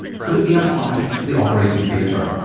could it be applied to the operating theatre?